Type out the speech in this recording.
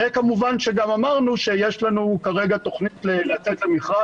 וכמובן שגם אמרנו שיש לנו כרגע תוכניות לצאת למכרז.